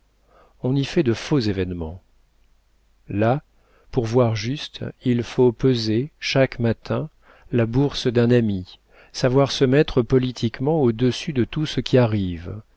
on y fait de faux événements là pour voir juste il faut peser chaque matin la bourse d'un ami savoir se mettre politiquement au-dessus de tout ce qui arrive